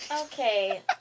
Okay